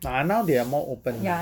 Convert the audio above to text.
ah now they are more open